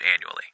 annually